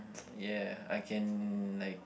yeah I can like